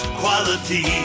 quality